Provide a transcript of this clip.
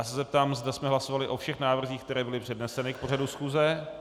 Zeptám se, zda jsme hlasovali o všech návrzích, které byly předneseny v pořadu schůze.